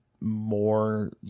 more